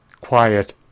quiet